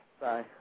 Bye